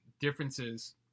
differences